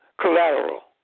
collateral